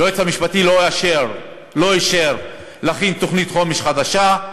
היועץ המשפטי לא אישר להכין תוכנית חומש חדשה,